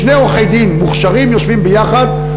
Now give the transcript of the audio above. שני עורכי-דין מוכשרים יושבים ביחד,